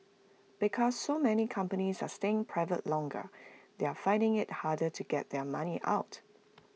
because so many companies are staying private longer they're finding IT harder to get their money out